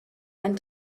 ein